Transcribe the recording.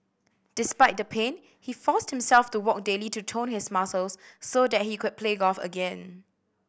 despite the pain he forced himself to walk daily to tone his muscles so that he could play golf again